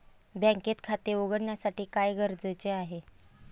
बँकेत खाते उघडण्यासाठी काय गरजेचे आहे?